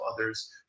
others